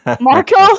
Marco